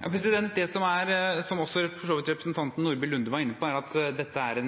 Det er slik, som også for så vidt representanten Nordby Lunde var inne på, at dette er